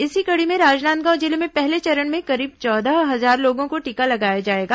इसी कड़ी में राजनांदगांव जिले में पहले चरण में करीब चौदह हजार लोगों को टीका लगाया जाएगा